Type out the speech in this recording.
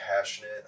passionate